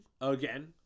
again